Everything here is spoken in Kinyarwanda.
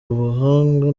ubuhanga